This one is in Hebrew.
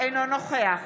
אינו נוכח